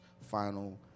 final